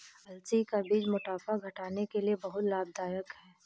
अलसी का बीज मोटापा घटाने के लिए बहुत लाभदायक है